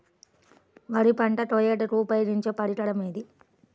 వరి పంట కోయుటకు ఉపయోగించే పరికరం ఏది?